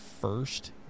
first